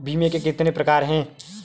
बीमे के कितने प्रकार हैं?